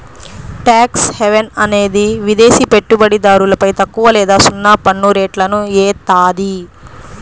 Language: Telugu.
ట్యాక్స్ హెవెన్ అనేది విదేశి పెట్టుబడిదారులపై తక్కువ లేదా సున్నా పన్నురేట్లను ఏత్తాది